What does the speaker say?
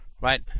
Right